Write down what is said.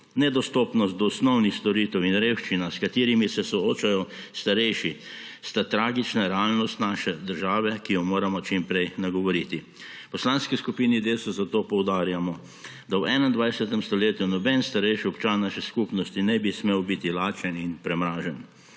Nedostopnost do osnovnih storitev in revščina, s katerima se soočajo starejši, sta tragična realnost naše države, ki jo moramo čim prej nagovoriti. V Poslanski skupini Desus zato poudarjamo, da v 21. stoletju noben starejši občan naše skupnosti ne bi smel biti lačen in premražen.